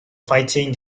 fighting